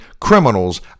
criminals